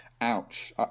ouch